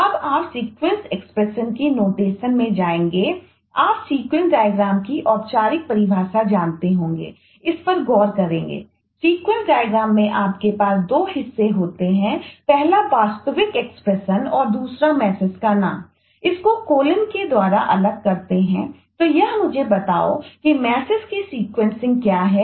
तो अब आप सीक्वेंस क्या है